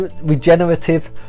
regenerative